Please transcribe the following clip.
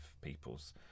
people's